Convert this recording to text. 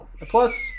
Plus